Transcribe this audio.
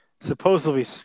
supposedly